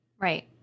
Right